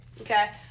Okay